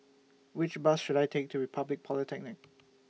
Which Bus should I Take to Republic Polytechnic